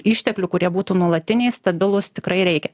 išteklių kurie būtų nuolatiniai stabilūs tikrai reikia